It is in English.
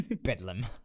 Bedlam